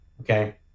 Okay